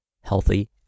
healthy